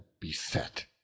beset